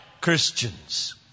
Christians